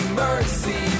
mercy